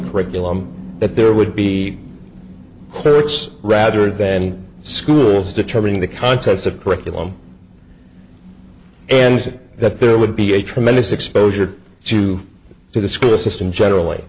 curriculum that there would be clerks rather than schools determining the contents of curriculum and that there would be a tremendous exposure to to the school system generally